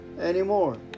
anymore